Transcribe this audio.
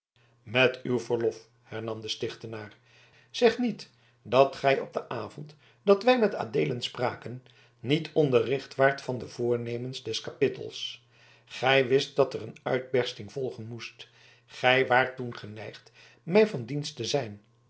met uw verlof hernam de stichtenaar zeg niet dat gij op den avond dat wij met adeelen spraken niet onderricht waart van de voornemens der kapittels gij wist dat er een uitbersting volgen moest gij waart toen geneigd mij van dienst te zijn